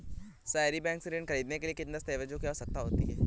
सहरी बैंक से ऋण ख़रीदने के लिए किन दस्तावेजों की आवश्यकता होती है?